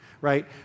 Right